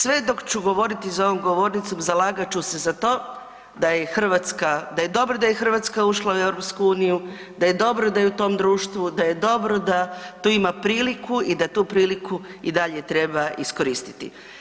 Sve dok ću govoriti za ovom govornicom, zalagat ću se za to da je Hrvatska, da je dobro da je Hrvatska ušla u EU, da je dobro da je u tom društvu, da je dobro da tu ima priliku i da tu priliku i dalje treba iskoristiti.